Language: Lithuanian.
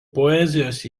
poezijos